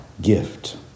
gift